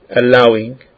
allowing